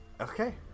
Okay